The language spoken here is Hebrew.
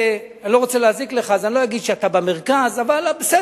אני לא רוצה להזיק לך אז אני לא אגיד שאתה במרכז אבל בסדר,